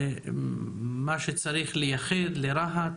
מה שצריך לייחד לרהט